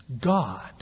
God